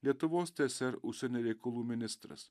lietuvos tsr užsienio reikalų ministras